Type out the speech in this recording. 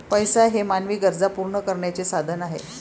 पैसा हे मानवी गरजा पूर्ण करण्याचे साधन आहे